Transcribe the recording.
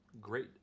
Great